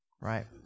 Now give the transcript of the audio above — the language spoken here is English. right